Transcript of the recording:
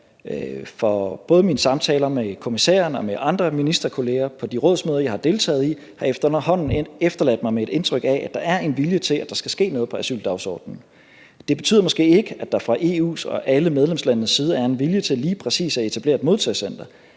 for både mine samtaler med kommissæren og med andre ministerkolleger på de rådsmøder, jeg har deltaget i, har efterhånden efterladt mig med et indtryk af, at der er en vilje til, at der skal ske noget på asyldagsordenen. Det betyder måske ikke, at der fra EU's og alle medlemslandenes side er en vilje til lige præcis at etablere et modtagecenter,